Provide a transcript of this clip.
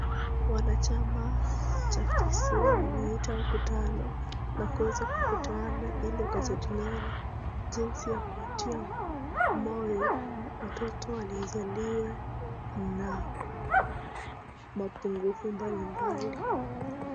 Wanachama cha KISE wameita mkutano na kuweza kukutana ili wakajadiliane jinsi ya kuwatia moyo watoto waliozaliwa na mapungufu mbalimbali.